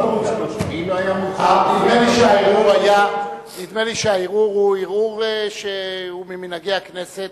נדמה לי שהערעור הוא ערעור שהוא ממנהגי הכנסת.